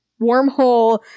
wormhole